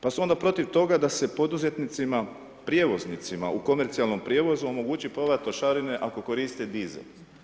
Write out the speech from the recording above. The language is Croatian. Pa su onda protiv toga da se poduzetnicima prijevoznicima u komercijalnom prijevozu omogući povrat trošarine ako koriste dizel.